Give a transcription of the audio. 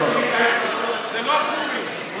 זה לא פורים עכשיו.